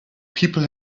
people